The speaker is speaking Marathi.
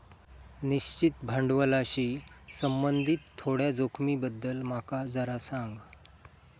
निश्चित भांडवलाशी संबंधित थोड्या जोखमींबद्दल माका जरा सांग